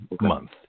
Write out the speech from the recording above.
month